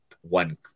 one